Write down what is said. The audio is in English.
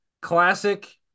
classic